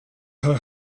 her